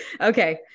Okay